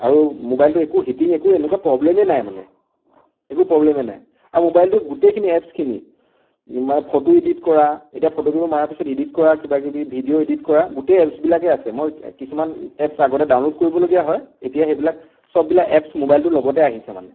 আৰু মোবাইলটো একো হিটিং এনেকুৱা একো প্ৰব্লেমেই নাই মানে একো প্ৰব্লেমেই নাই আৰু মোবাইলটোত গোটেইখিনি এপছখিনি মানে ফটো এডিট কৰা এতিয়া ফটো কপি মৰাৰ পিছত ইডিট কৰা কিবা কিবি ভিডিঅ' এডিট কৰা গোটেই এপছ বিলাকেই আছে মই কিছুমান এপছ আগতে ডাউনলোড কৰিবলগীয়া হয় এতিয়া সেইবিলাক সববিলাক এপছ মোবাইলটোৰ লগতে আহিছে মানে